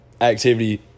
activity